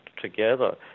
together